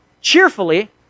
cheerfully